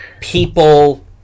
people